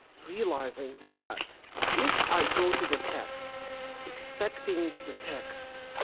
realizing that if i go to the text expecting the text,